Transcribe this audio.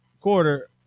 quarter